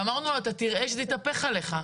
ואמרנו לו אתה תראה שזה יתהפך עליך.